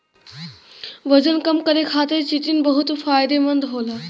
वजन कम करे खातिर चिटिन बहुत फायदेमंद होला